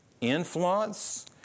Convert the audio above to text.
influence